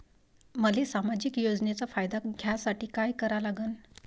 मले सामाजिक योजनेचा फायदा घ्यासाठी काय करा लागन?